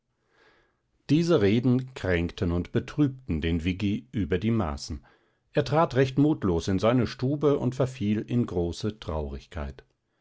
diese reden kränkten und betrübten den viggi über die maßen er trat recht mutlos in seine stube und verfiel in große traurigkeit